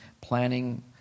planning